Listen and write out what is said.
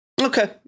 Okay